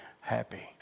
happy